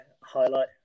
highlight